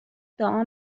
دعا